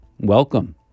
welcome